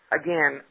again